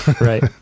right